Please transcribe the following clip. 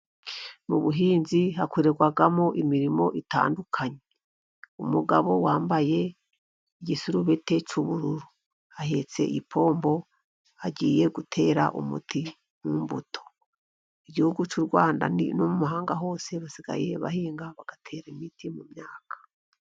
Mu buhinzi hakorerwamo imirimo itandukanye. Umugabo wambaye igisarubeti cy'ubururu, ahetse ipompo, agiye gutera umuti imbuto. Igihugu cy'u Rwanda no mu mahanga hose basigaye bahinga bagatera imiti mu myaka.